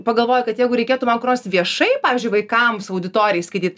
pagalvoju kad jeigu reikėtų man kur nors viešai pavyzdžiui vaikams auditorijai skaityt